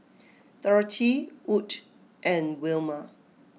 Dorothea Wood and Wilma